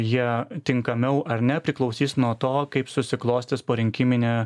jie tinkamiau ar ne priklausys nuo to kaip susiklostys porinkiminė